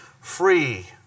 free